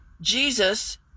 Jesus